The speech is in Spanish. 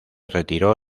retiró